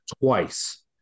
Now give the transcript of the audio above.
twice